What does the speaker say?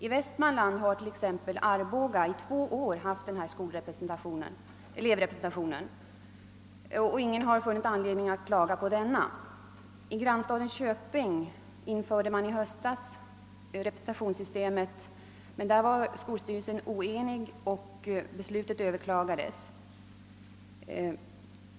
I Västmanland har t.ex. Arboga haft denna elevrepresentation i två år, och ingen har funnit anledning att klaga på den. I grannstaden Köping däremot infördes representationssystemet i höstas, men skolstyrelsen var oenig och beslutet överklagades.